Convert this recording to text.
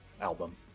album